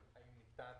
האם ניתן